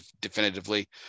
definitively